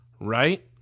Right